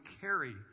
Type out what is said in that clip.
carry